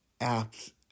app's